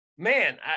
Man